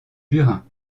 burin